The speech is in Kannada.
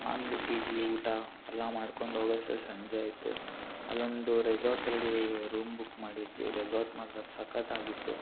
ಮಾಮೂಲಿ ಟೀ ಗೀ ಊಟ ಎಲ್ಲ ಮಾಡ್ಕೊಂಡು ಹೋಗೋಷ್ಟರಲ್ಲಿ ಸಂಜೆಯಾಯ್ತು ಅಲ್ಲೊಂದು ರೆಸಾರ್ಟಲ್ಲಿ ರೂಮ್ ಬುಕ್ ಮಾಡಿದ್ವಿ ರೆಸಾರ್ಟ್ ಮಾತ್ರ ಸಕತ್ತಾಗಿತ್ತು